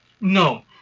No